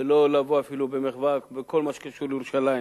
ולא לבוא אפילו במחווה בכל מה שקשור לירושלים.